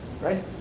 Right